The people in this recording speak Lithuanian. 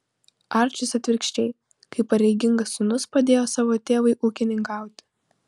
arčis atvirkščiai kaip pareigingas sūnus padėjo savo tėvui ūkininkauti